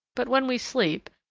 but when we sleep,